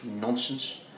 nonsense